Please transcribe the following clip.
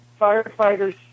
firefighters